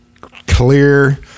clear